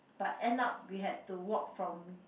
but end up we had to walk from